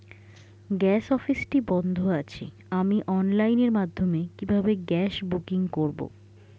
Gas অফিসটি বন্ধ আছে আমি অনলাইনের মাধ্যমে কিভাবে গ্যাস বুকিং করব?